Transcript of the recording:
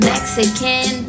Mexican